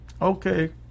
Okay